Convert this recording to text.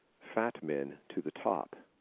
fat men to the top